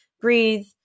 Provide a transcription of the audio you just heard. breathe